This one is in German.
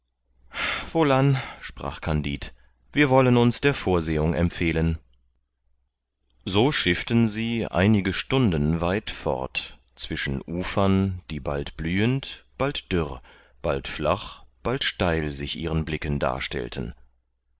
wohlan sprach kandid wir wollen uns der vorsehung empfehlen so schifften sie einige stunden weit fort zwischen ufern die bald blühend bald dürr bald flach bald steil sich ihren blicken darstellten